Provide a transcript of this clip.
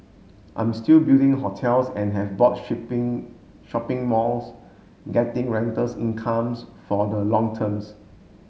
I'm still building hotels and have bought shipping shopping malls getting rentals incomes for the long terms